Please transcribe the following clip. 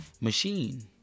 machine